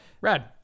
rad